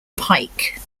pike